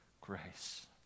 grace